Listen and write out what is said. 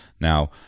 Now